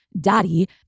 daddy